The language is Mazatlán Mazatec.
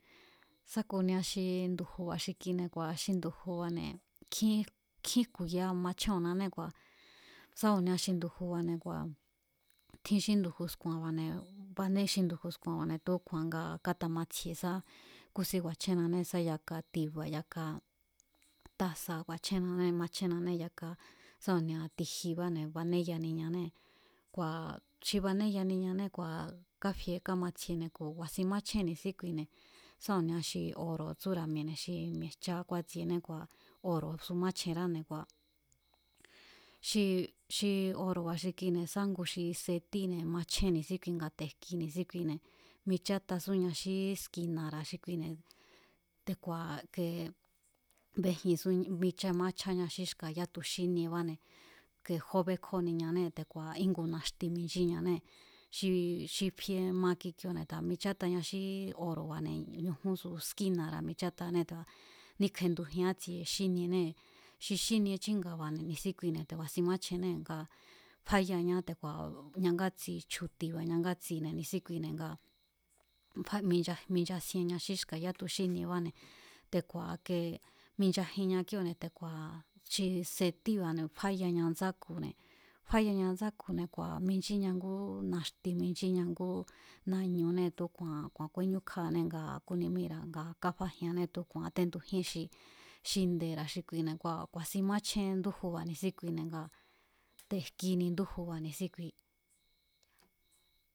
Sá ku̱nia xi ndu̱ju̱ba̱ xi kine̱, kua̱ xi ndu̱ju̱ba̱ ne̱ nkjín, nkjín jku̱ya machjóo̱nnané, kua̱ sa ku̱nia xi ndu̱ju̱ba̱ kua̱ tjin xí ndu̱ju̱ sku̱a̱nba̱ne̱, banee̱ xi ndu̱ju̱ sku̱a̱nba̱ne̱ tu̱úku̱a̱n nga kátamatsjie sá kúsín ku̱a̱chjénnanée̱ sá yaka ti̱ba̱ sa yaka tasa̱ ku̱a̱chjennanée̱, machjénnanée̱ yaka sá ku̱nia ti̱jibáne̱ banéyaniñanée̱ kua̱ xi banéyaniñanée̱ kua̱ kafie kámatsjiene̱ ku̱ ku̱a̱sin mátsjíe ni̱síkuine̱ sá ku̱nia xi oro̱ tsúra̱ mi̱e̱ne̱ xi mi̱e̱jchá kúátsiené kua̱ oro̱ su máchjenráne̱ kua̱ xi xi oro̱ba̱ xi kuine̱ sá ngu xi setíne̱ machjen ni̱síkui nga te̱ jki ni̱síkuine̱ michátasúña xí skina̱ra̱ xi kuine̱ te̱ku̱a̱ kee bejinsúña, mich. maíchjáña xí xka̱ yátuxíniebáne̱ ke jó békjóniñanée̱ te̱ku̱a̱ íngu naxti mijnchiñanée̱ xi xi fie ma kikioo̱ne̱ te̱ku̱a̱ michátaña xí oro̱ba̱ne̱ ñujúnsu skína̱ra̱ michátaanée̱ te̱ku̱a̱ níkjendujian ítsie xínienée̱ xi xínie chínga̱ba̱ ni̱síkuine̱ te̱ ku̱a̱sin máchjennée̱ nga fáyaña te̱ku̱a̱ ñangátsi chju̱ti̱ba̱ ñangátsine̱ ni̱síkuine̱ nga fa, mincha, minchasienña xí xka̱ yátuxíniebáne̱ te̱ku̱a̱ ke minchajinña kíóo̱ne̱ te̱ku̱a̱ xi setíba̱ne̱ fáyaña ndsáku̱ne̱, fáyaña ndsáku̱ne̱ kua̱ mijchíña ngú naxti mijnchíña ngú nañuné tu̱úku̱a̱n ku̱a̱n kúeñúkjáanée̱ ngaa̱ kúnímíra̱ ngaa̱ káfajiaanné tu̱úku̱a̱n kátendujíén xi xi nde̱ra̱ xi kuine̱ kua̱ ku̱a̱sín máchjen ndújuba̱ ni̱síkuine̱ ngaa̱ te̱ jkini ndúju̱ba̱ ni̱sí ki.